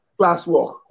classwork